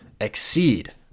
exceed